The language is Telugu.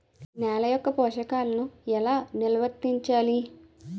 నెల యెక్క పోషకాలను ఎలా నిల్వర్తించాలి